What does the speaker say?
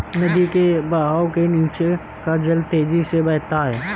नदी के बहाव के नीचे का जल तेजी से बहता है